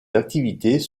activités